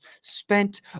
spent